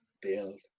build